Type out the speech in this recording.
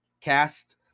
cast